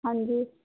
ਹਾਂਜੀ